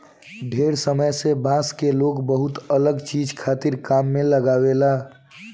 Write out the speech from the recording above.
ढेरे समय से बांस के लोग बहुते अलग चीज खातिर काम में लेआवेला